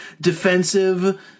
defensive